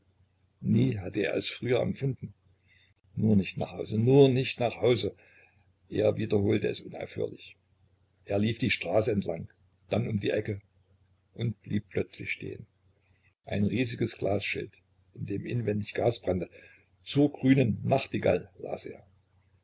nie hatte er es früher empfunden nur nicht nach hause nur nicht nach hause er wiederholte es unaufhörlich er lief die straße entlang dann um die ecke und blieb plötzlich stehen ein riesiges glasschild in dem inwendig gas brannte zur grünen nachtigall las er